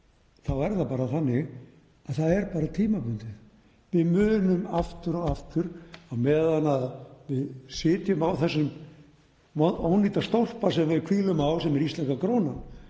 þá er það bara þannig að það er bara tímabundið. Við munum, á meðan við sitjum á þessum ónýta stólpa sem við hvílum á, sem er íslenska krónan,